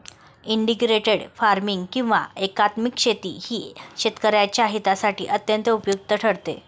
integrated farming किंवा एकात्मिक शेती ही शेतकऱ्यांच्या हितासाठी अत्यंत उपयुक्त ठरते